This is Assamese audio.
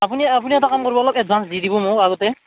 আপুনি আপুুনি এটা কাম কৰিব অলপ এডভান্স দি দিব মোক আগতে